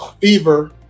fever